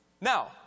Now